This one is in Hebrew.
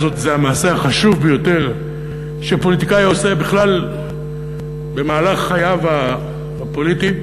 וזה המעשה החשוב ביותר שפוליטיקאי עושה בכלל במהלך חייו הפוליטיים: